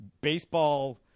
baseball